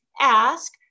Ask